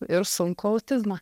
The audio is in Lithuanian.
ir sunkų autizmą